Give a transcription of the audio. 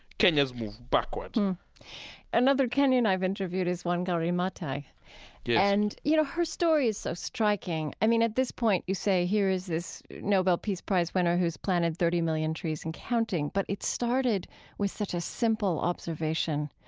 kenya's moved backward another kenyan i've interviewed is wangari maathi yes yeah and, you know, her story is so striking. i mean, at this point you say here is this nobel peace prize winner who's planted thirty million trees and counting, but it started with such a simple observation.